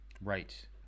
right